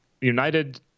United